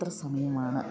എത്ര സമയമാണ്